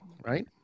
right